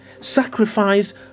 Sacrifice